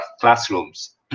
classrooms